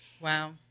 Wow